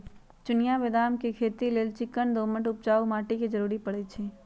चिनियाँ बेदाम के खेती लेल चिक्कन दोमट उपजाऊ माटी के जरूरी पड़इ छइ